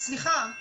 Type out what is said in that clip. סליחה,